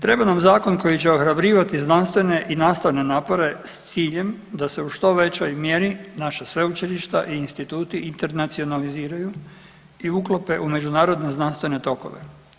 Treba nam zakon koji će ohrabrivati znanstvene i nastavne napore s ciljem da se u što većoj mjeri naša sveučilišta i instituti internacionaliziraju i uklope u međunarodne znanstvene tokove.